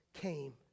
came